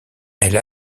elle